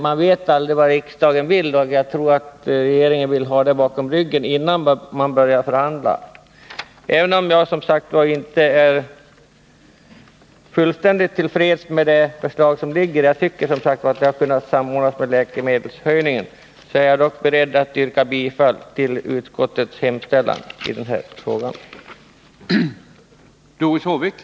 Man vet aldrig vad riksdagen vill, och jag tror att regeringen önskar ha någonting bakom ryggen innan man börjar förhandla. Även om jag som sagt inte är fullständigt till freds med det förslag som föreligger — jag tycker som sagt att det hade kunnat bli en samordning med höjningen av läkemedelskostnaderna — är jag beredd att yrka bifall till utskottets hemställan i den här frågan.